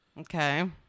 Okay